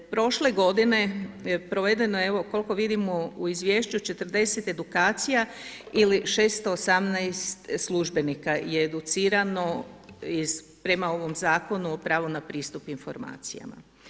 Prošle g. provedeno je evo koliko vidimo u izvješću 40 edukacija ili 618 službenika je educirano prema ovom Zakonu o pravu na pristup informacijama.